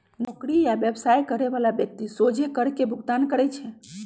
नौकरी आ व्यवसाय करे बला व्यक्ति सोझे कर के भुगतान करइ छै